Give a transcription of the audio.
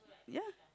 ya